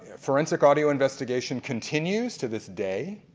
forensic audio investigation continues to this day.